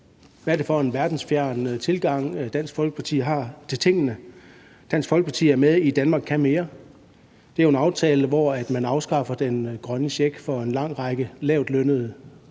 Hvad er det for en verdensfjern tilgang, Dansk Folkeparti har til tingene? Dansk Folkeparti er med i »Danmark kan mere«. Det er jo en aftale, hvor man afskaffer den grønne check for en lang række lavtlønnede